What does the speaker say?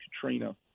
Katrina